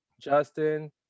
Justin